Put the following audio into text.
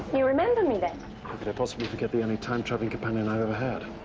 you remember me then! how could i possibly forget the only time-travelling companion i ever had?